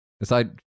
Aside